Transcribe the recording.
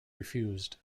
refused